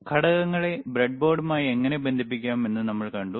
ഘടകങ്ങളെ ബ്രെഡ്ബോർഡുമായി എങ്ങനെ ബന്ധിപ്പിക്കാം എന്ന് നമ്മൾ കണ്ടു